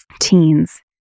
teens